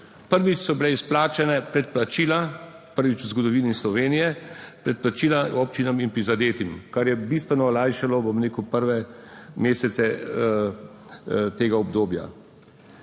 Prvič so bile izplačane predplačila, prvič v zgodovini Slovenije, predplačila občinam in prizadetim, kar je bistveno olajšalo, bom rekel, prve mesece tega obdobja.